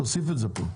תוסיף את זה פה.